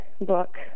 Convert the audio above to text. book